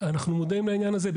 אנחנו מודעים לעניין הזה.